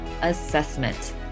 assessment